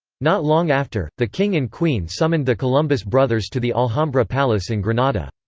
not long after, the king and queen summoned the columbus brothers to the alhambra palace in granada.